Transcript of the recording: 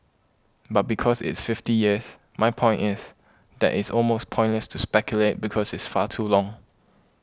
but because it's fifty years my point is that it's almost pointless to speculate because it's far too long